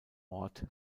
ort